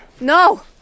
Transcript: no